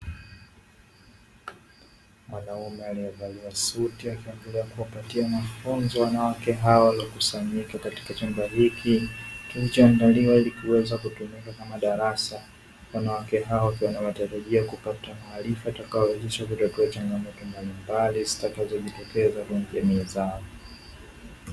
Mwanaume aliyevalia suti akiendelea kuwapatia mafunzo wanawake hao waliokusanyika katika chumba hiki kilichoandaliwa ili kuweza kutumika kama darasa. Wanawake hao wakiwa na matarajio ya kupata maarifa yatayowawezesha kutatua changamoto mbalimbali zitakazojitokeza kwenye jamii zao.